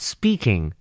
Speaking